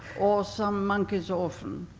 or some monkey's orphan.